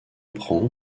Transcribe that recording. prend